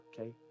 okay